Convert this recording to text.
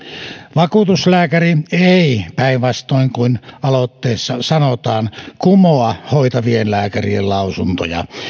vakuutuslääkäri ei päinvastoin kuin aloitteessa sanotaan kumoa hoitavien lääkärien lausuntoja